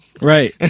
Right